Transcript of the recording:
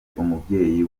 umubyeyi